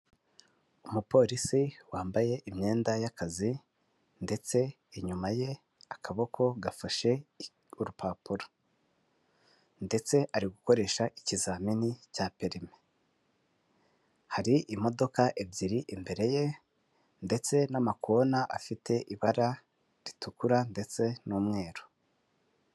Umupolisi wambaye imyenda y'akazi ndetse inyuma ye akaboko gafashe urupapuro ndetse ari gukoresha ikizamini cya perime, hari imodoka ebyiri imbere ye ndetse n'amakona afite ibara ritukura ndetse n'umweru.